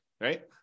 right